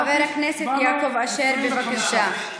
חבר הכנסת יעקב אשר, בבקשה.